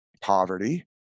poverty